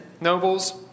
nobles